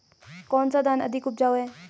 कौन सा धान अधिक उपजाऊ है?